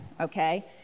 okay